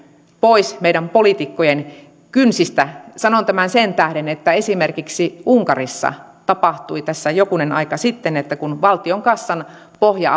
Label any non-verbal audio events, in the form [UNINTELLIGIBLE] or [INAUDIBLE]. pois meidän politiikkojen kynsistä sanon tämän sen tähden että esimerkiksi unkarissa tapahtui tässä jokunen aika sitten niin että kun valtion kassan pohja [UNINTELLIGIBLE]